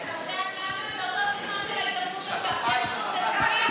הגב' שאשא ביטון.